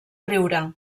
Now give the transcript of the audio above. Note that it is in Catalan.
riure